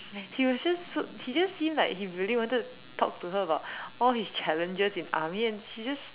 he was just so he just seemed like he really wanted to talk to her about all his challenges in army and she just